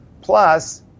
plus